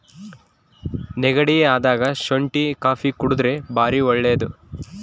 ನೆಗಡಿ ಅದಾಗ ಶುಂಟಿ ಕಾಪಿ ಕುಡರ್ದೆ ಬಾರಿ ಒಳ್ಳೆದು